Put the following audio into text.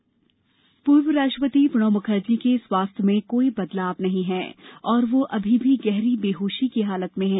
प्रणव मुखर्जी पूर्व राष्ट्रपति प्रणव मुखर्जी के स्वास्थ्य में कोई बदलाव नहीं है और वह अभी भी गहरी बेहोशी की हालत में हैं